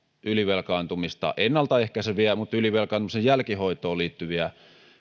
ylivelkaantumista ennalta ehkäiseviä mutta myös ylivelkaantumisen jälkihoitoon liittyviä